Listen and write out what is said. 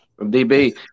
DB